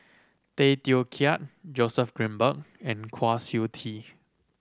Tay Teow Kiat Joseph Grimberg and Kwa Siew Tee